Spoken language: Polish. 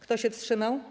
Kto się wstrzymał?